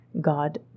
god